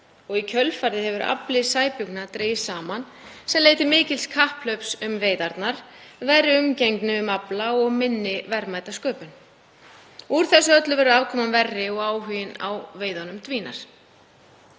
og í kjölfarið hefur afli sæbjúgna dregist saman, sem leiðir til mikils kapphlaups um veiðarnar, verri umgengni um afla og minni verðmætasköpunar. Úr þessu öllu verður afkoman verri og áhuginn á veiðunum dvínar.